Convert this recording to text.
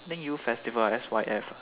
I think youth festival ah S_Y_F